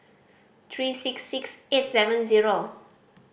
three six six eight seven zero